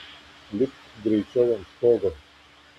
lipk greičiau ant stogo